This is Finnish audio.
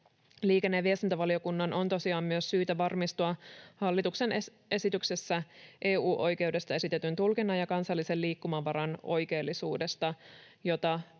Liikenne‑ ja viestintävaliokunnan on tosiaan myös syytä varmistua hallituksen esityksessä EU-oikeudesta esitetyn tulkinnan ja kansallisen liikkumavaran oikeellisuudesta, jota tässä